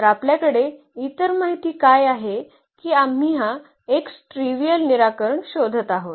तर आपल्याकडे इतर माहिती काय आहे की आम्ही हा x ट्रीवियल निराकरण शोधत आहोत